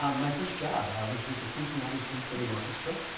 um my first job was with the cincinnati symphony orchestra,